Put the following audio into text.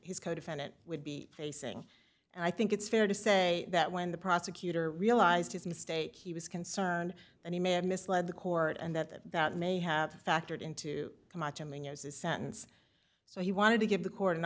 codefendant would be facing and i think it's fair to say that when the prosecutor realized his mistake he was concerned that he may have misled the court and that that may have factored into his sentence so he wanted to give the court an